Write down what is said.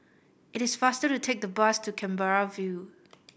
it is faster to take the bus to Canberra View